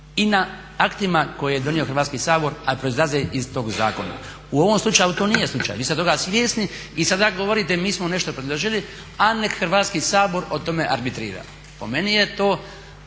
i na aktima koje je donio Hrvatski sabor, a proizlaze iz tog zakona. U ovom slučaju to nije slučaj. Vi ste toga svjesni i sada govorite mi smo nešto predložili, a nek Hrvatski sabor o tome arbitrira. Po meni je to